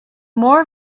more